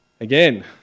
Again